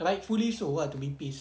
rightfully so ah to be pissed